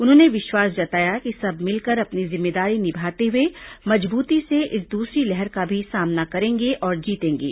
उन्होंने विश्वास जताया कि सब मिलकर अपनी जिम्मेदारी निभाते हुए मजबूती से इस दूसरी लहर का भी सामना करेंगे और जीतेंगे